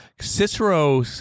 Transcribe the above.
Cicero